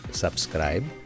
subscribe